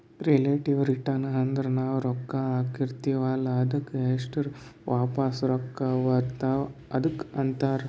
relative return ಅಂದುರ್ ನಾವು ರೊಕ್ಕಾ ಹಾಕಿರ್ತಿವ ಅಲ್ಲಾ ಅದ್ದುಕ್ ಎಸ್ಟ್ ವಾಪಸ್ ರೊಕ್ಕಾ ಬರ್ತಾವ್ ಅದುಕ್ಕ ಅಂತಾರ್